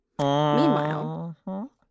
Meanwhile